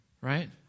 Right